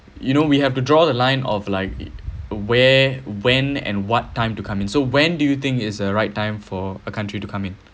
you know we have to draw the line of like where when and what time to come in so when do you think is the right time for a country to come in